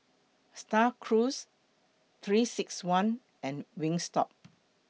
STAR Cruise three six one and Wingstop